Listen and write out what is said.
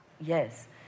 Yes